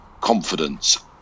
confidence